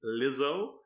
Lizzo